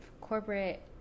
corporate